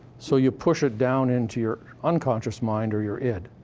so you push it down into your unconscious mind, or your id.